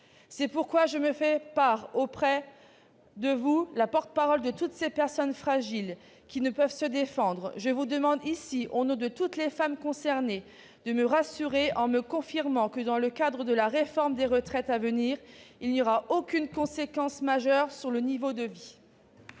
C'est pourquoi je me fais auprès de vous la porte-parole de toutes ces personnes fragiles qui ne peuvent se défendre. Je vous demande ici, au nom de toutes les femmes concernées, de me rassurer en me confirmant que la future réforme des retraites n'aura aucune conséquence majeure sur leur niveau de vie.